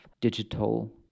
digital